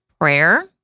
prayer